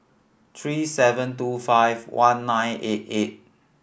three seven two five one nine eight eight